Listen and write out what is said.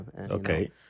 okay